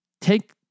Take